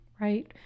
right